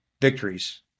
victories